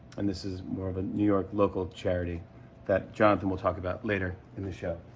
and this is more of a new york, local charity that jonathan will talk about later in the show.